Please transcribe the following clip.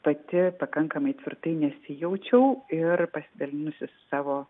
pati pakankamai tvirtai nesijaučiau ir pasidalinusi savo